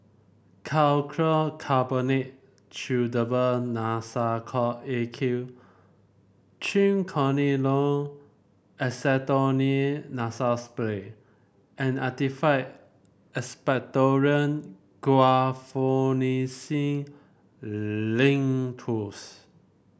Calcium Carbonate Chewable Nasacort A Q Triamcinolone Acetonide Nasal Spray and Actified Expectorant Guaiphenesin Linctus